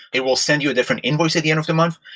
it will send you a different invoice at the end of the month.